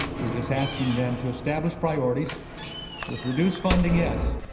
we're just asking them to establish priorities with reduced funding, yes,